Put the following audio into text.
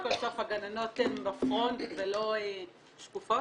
כל סוף הגננות הן בפרונט ולא שפופות.